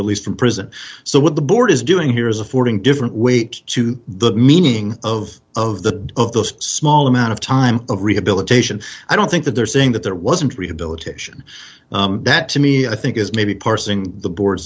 released from prison so what the board is doing here is affording different weight to the meaning of of the of those small amount of time of rehabilitation i don't think that they're saying that there wasn't rehabilitation that to me i think is maybe parsing the board